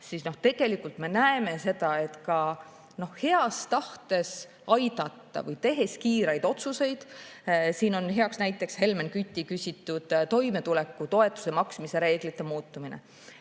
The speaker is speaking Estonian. näeme tegelikult seda, et ka heas tahtes aidata või tehes kiireid otsuseid ... Siin on heaks näiteks Helmen Küti küsitud toimetulekutoetuse maksmise reeglite muutumine.